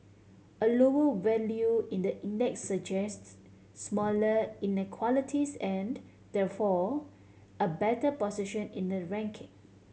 a lower value in the index suggests smaller inequalities and therefore a better position in the ranking